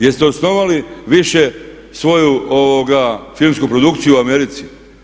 Jeste osnovali više svoju filmsku produkciju u Americi?